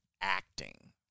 acting